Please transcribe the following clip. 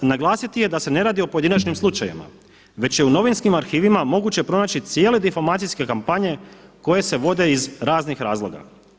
Za naglasiti je da se ne radi o pojedinačnim slučajevima, već je u novinskim arhivima moguće pronaći cijele difamacijske kampanje koje se vode iz raznih razloga.